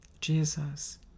Jesus